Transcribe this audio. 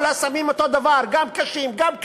כל הסמים אותו דבר, גם קשים, גם קלים.